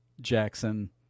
Jackson